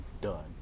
done